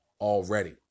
already